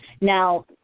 Now